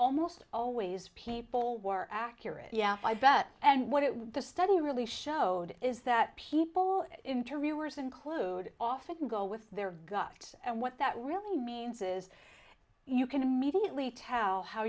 almost always people were accurate yeah i bet and what the study really showed is that people interviewers include often go with their gut and what that really means is you can immediately tell how